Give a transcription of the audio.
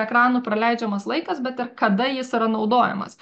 ekranų praleidžiamas laikas bet ir kada jis yra naudojamas